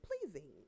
pleasing